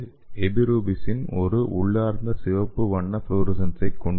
எபிரூபிசின் ஒரு உள்ளார்ந்த சிவப்பு வண்ண ஃப்ளோரசன்ஸைக் கொண்டுள்ளது